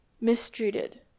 mistreated